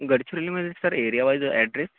गडचिरोलीमध्ये sir area wise address